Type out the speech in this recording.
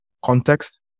Context